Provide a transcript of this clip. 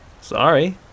Sorry